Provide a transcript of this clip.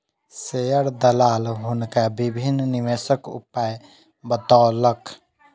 share दलाल हुनका विभिन्न निवेशक उपाय बतौलक